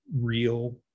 real